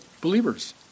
believers